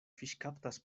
fiŝkaptas